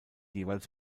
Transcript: jeweils